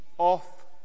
Off